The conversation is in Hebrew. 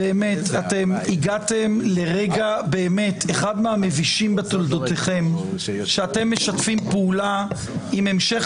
אתם הגעתם לרגע מהמבישים בתולדותיכם בזמן שאתן משתפים פעולה עם המשך